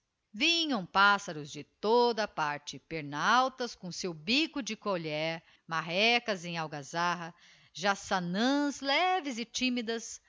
vinham pássaros de toda a parte pernaltas com o seu bico de colher marrecas em algazarra jassanans leves e timidas